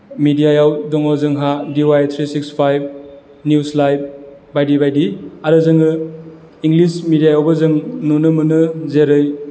मिडियायाव दङ जोंहा D Y three six five news live बायदि बायदि आरो जोङो इंलिस मिडियायावबो जों नुनो मोनो जेरै